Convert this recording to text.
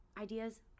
ideas